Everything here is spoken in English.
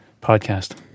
podcast